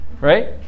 right